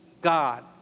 God